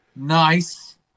Nice